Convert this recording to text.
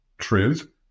truth